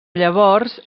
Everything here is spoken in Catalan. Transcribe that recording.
llavors